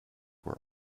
where